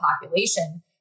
population